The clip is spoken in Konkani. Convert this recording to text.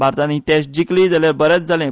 भारतान ही टॅस्ट जिखली जाल्यार बरेंच जालें